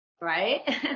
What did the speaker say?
Right